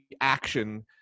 action